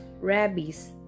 rabies